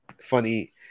Funny